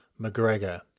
McGregor